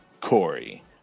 Corey